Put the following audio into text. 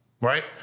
right